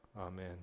Amen